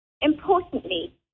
importantly